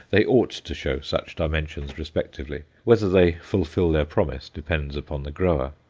they ought to show such dimensions respectively. whether they fulfil their promise depends upon the grower.